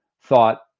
thought